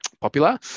popular